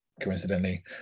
coincidentally